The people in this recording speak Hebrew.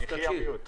יחי ה-mute.